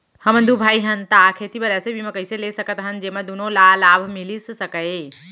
हमन दू भाई हन ता खेती बर ऐसे बीमा कइसे ले सकत हन जेमा दूनो ला लाभ मिलिस सकए?